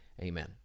amen